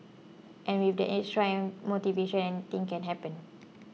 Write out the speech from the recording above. and with that extra motivation anything can happen